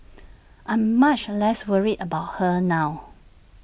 I'm much less worried about her now